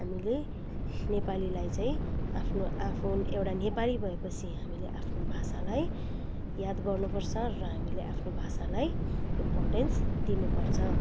हामीले नेपालीलाई चाहिँ आफ्नो आफू पनि एउटा नेपाली भएपछि हामीले आफ्नो भाषालाई याद गर्नुपर्छ र हामीले आफ्नो भाषालाई इम्पोर्टेन्स दिनु पर्छ